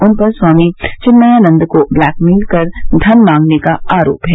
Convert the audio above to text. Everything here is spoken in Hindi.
उन पर स्वामी चिन्मयानंद को ब्लैकमेल कर धन मांगने का आरोप है